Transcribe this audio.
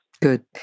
Good